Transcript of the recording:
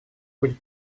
будет